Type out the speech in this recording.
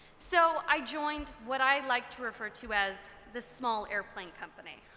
so i joined what i like to refer to as the small airplane company,